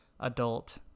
adult